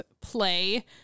play